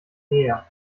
näher